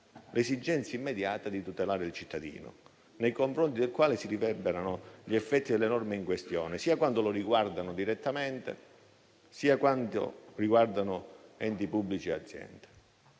l'esigenza immediata di tutelare il cittadino, nei confronti del quale si riverberano gli effetti delle norme in questione, sia quando lo riguardano direttamente, sia quando riguardano enti pubblici e aziende.